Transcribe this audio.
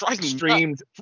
streamed